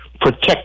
Protect